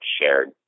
shared